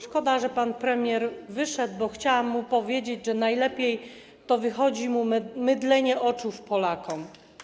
Szkoda, że pan premier wyszedł, bo chciałam mu powiedzieć, że najlepiej wychodzi mu mydlenie oczu Polakom.